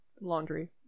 laundry